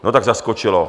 No tak, zaskočilo.